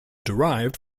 derived